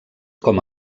com